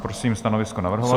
Prosím stanovisko navrhovatele.